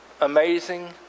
amazing